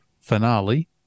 finale